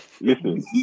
listen